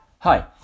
Hi